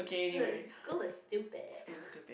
uh school is stupid